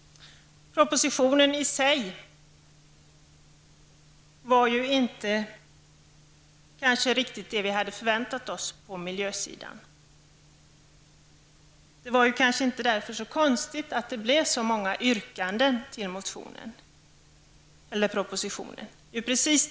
Propositionen i sig var väl inte riktigt det som vi på miljösidan hade förväntat oss. Det är därför kanske inte så konstigt att det blev så många motionsyrkanden i anledning av propositionen.